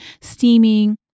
steaming